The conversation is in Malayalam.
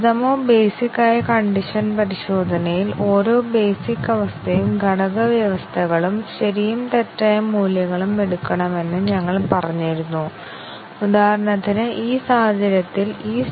അതിനാൽ ഇത് ബേസിക് കണ്ടിഷൻ കവറേജ് നേടുന്നുണ്ടോ കാരണം രണ്ട് ടെസ്റ്റ് കേസുകളിലും a ശരിയും തെറ്റും എടുക്കുന്നു ക്ഷമിക്കണം ആദ്യ എക്സ്പ്രെഷൻ മൂല്യം ശരിയും തെറ്റും എടുക്കുന്നു